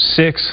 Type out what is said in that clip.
six